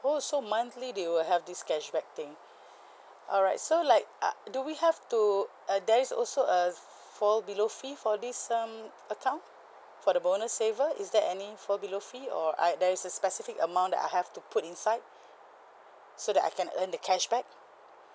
oh so monthly they will have this cashback thing alright so like uh do we have to uh there is also a fall below fee for this um account for the bonus saver is there any fall below fee or uh there is a specific amount that I have to put inside so that I can earn the cashback